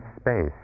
space